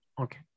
Okay